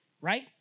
right